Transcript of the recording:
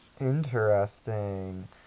Interesting